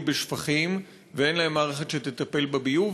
בשפכים ואין להם מערכת שתטפל בביוב,